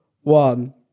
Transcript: one